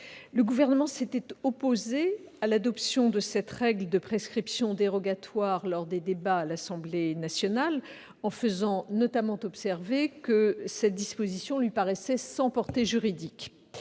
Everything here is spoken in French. Le Gouvernement s'était opposé à l'adoption de cette règle de prescription dérogatoire lors des débats à l'Assemblée nationale en faisant notamment observer que cette disposition lui paraissait sans portée juridique.